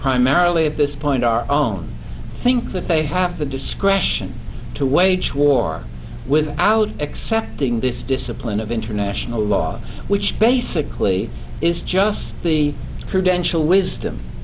primarily of this point our own think the fe have the discretion to wage war without accepting this discipline of international law which basically is just the prudential wisdom